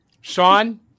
Sean